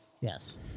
Yes